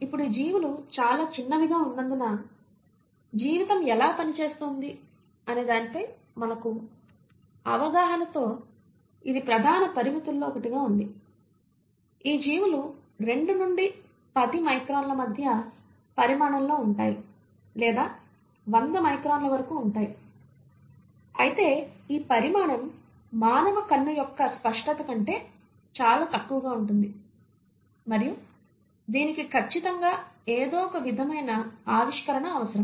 ఇప్పుడు ఈ జీవులు చాలా చిన్నవిగా ఉన్నందున జీవితం ఎలా పని చేస్తుందనే దానిపై మన అవగాహనలో ఇది ప్రధాన పరిమితులలో ఒకటిగా ఉంది ఈ జీవులు 2 నుండి 10 మైక్రాన్ల మధ్య పరిమాణంలో ఉంటాయి లేదా 100 మైక్రాన్ల వరకు ఉంటాయి అయితే ఈ పరిమాణం మానవ కన్ను యొక్క స్పష్టత కంటే చాలా తక్కువగా ఉంటుంది మరియు దీనికి ఖచ్చితంగా ఏదో ఒక విధమైన ఆవిష్కరణ అవసరం